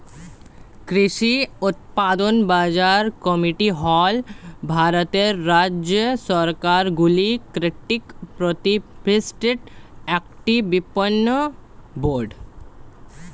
কৃষি উৎপাদন বাজার কমিটি হল ভারতের রাজ্য সরকারগুলি কর্তৃক প্রতিষ্ঠিত একটি বিপণন বোর্ড